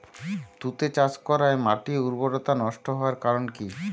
তুতে চাষ করাই মাটির উর্বরতা নষ্ট হওয়ার কারণ কি?